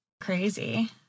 crazy